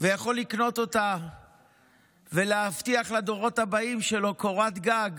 ויכול לקנות אותה ולהבטיח לדורות הבאים שלו קורת גג